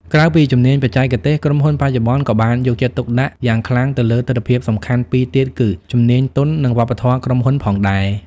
ក្រៅពីជំនាញបច្ចេកទេស ក្រុមហ៊ុនបច្ចុប្បន្នក៏បានយកចិត្តទុកដាក់យ៉ាងខ្លាំងទៅលើទិដ្ឋភាពសំខាន់ពីរទៀតគឺ ជំនាញទន់ និងវប្បធម៌ក្រុមហ៊ុនផងដែរ។